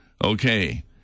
Okay